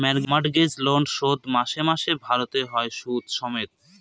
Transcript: mortgage loan শোধ মাসে মাসে ভারতে হয় সুদ সমেত